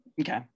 Okay